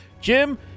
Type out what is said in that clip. Jim